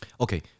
Okay